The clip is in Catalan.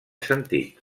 sentit